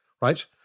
right